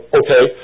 okay